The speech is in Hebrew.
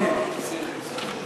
אפשר לטעון הרבה טענות על